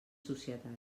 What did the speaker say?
societat